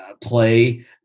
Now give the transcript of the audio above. play